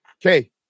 okay